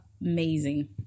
amazing